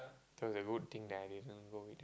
so it's a good thing that I didn't go with